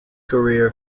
career